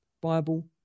Bible